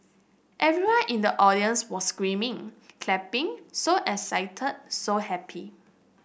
everyone in the audience was screaming clapping so excited so happy